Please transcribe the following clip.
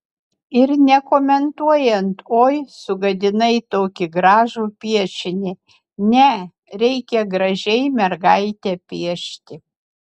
ir nekomentuojant oi sugadinai tokį gražų piešinį ne reikia gražiai mergaitę piešti